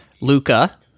Luca